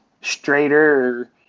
straighter